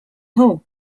home